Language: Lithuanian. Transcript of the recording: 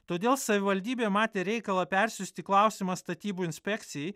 todėl savivaldybė matė reikalą persiųsti klausimą statybų inspekcijai